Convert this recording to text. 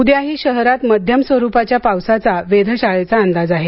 उद्याही शहरात मध्यम स्वरूपाच्या पावसाचा वेधशाळेचा अंदाज आहे